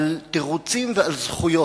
על תירוצים ועל זכויות,